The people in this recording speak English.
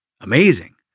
amazing